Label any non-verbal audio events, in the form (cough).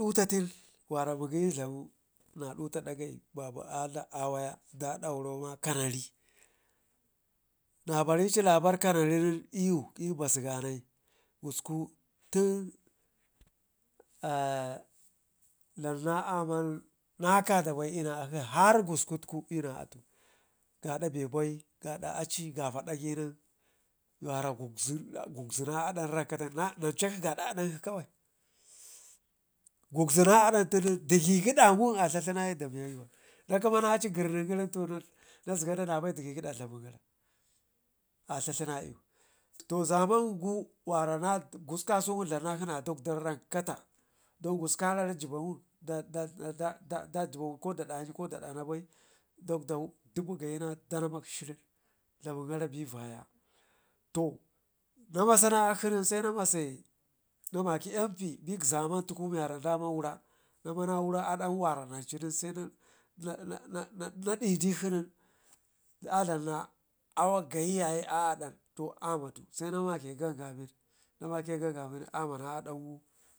Dutaten wara mugəyi dlamu naɗuta dagai babu adla awaya dadauro ma kanari, nabarici labar kanarin nen iyu i'basu ganai kusku tun (hesitation) dlam na aman nakada bai i'na akshi harr gusku tku ina atu kada bebai kada acu gafa dagai wara gugzu na aɗan rankata nanchakshi gaada aɗankshi kawai, gugzuna aɗan tinum digə dinawun a tuaatlaa ciwun da miya yuwan a dlam na hour kayi yaye a aɗan to ammadu saina makə gangamin namakə gangamin nen amme na aɗangu.